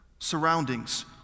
Surroundings